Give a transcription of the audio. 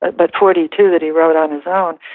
but forty two that he wrote on his own,